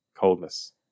Coldness